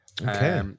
Okay